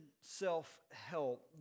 self-help